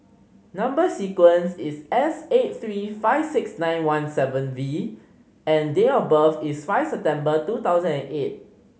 number sequence is S eight three five six nine one seven V and date of birth is five September two thousand and eight